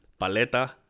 paleta